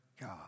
God